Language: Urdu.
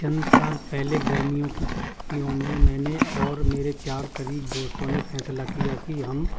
چند سال پہلے گرمیوں کی چھٹیوں میں میں نے اور میرے چار قریب دوستوں نے فیصلہ کیا کہ ہم